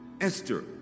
Esther